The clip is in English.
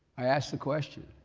i asked the question.